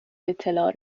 اطلاع